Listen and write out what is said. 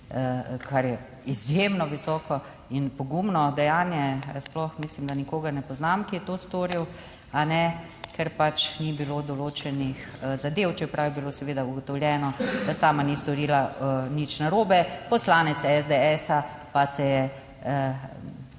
kar je izjemno visoko in pogumno dejanje. Mislim, da sploh nikogar ne poznam, ki je to storil, ker pač ni bilo določenih zadev, čeprav je bilo seveda ugotovljeno, da sama ni storila nič narobe. Poslanec SDS pa se je...